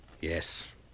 Yes